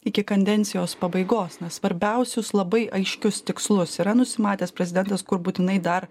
iki kandencijos pabaigos nes svarbiausius labai aiškius tikslus yra nusimatęs prezidentas kur būtinai dar